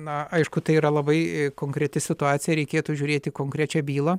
na aišku tai yra labai konkreti situacija reikėtų žiūrėti į konkrečią bylą